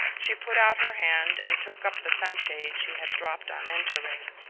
she put out her hand and took up the sunshade she had dropped on entering.